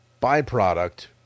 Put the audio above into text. byproduct